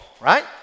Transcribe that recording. right